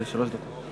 שלוש דקות.